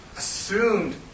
Assumed